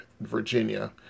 Virginia